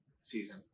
season